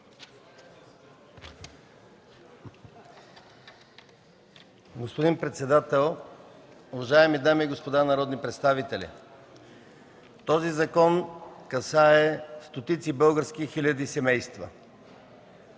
Господин председател, уважаеми дами и господа народни представители! Този закон касае стотици хиляди български семейства.